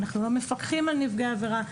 אנחנו לא מפקחים על נפגעי עבירה.